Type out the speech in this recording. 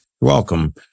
welcome